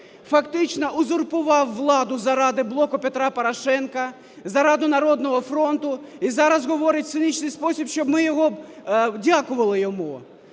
фактично узурпував владу заради "Блоку Петра Порошенка", заради "Народного фронту" і зараз говорить в цинічний спосіб, щоб ми дякували йому.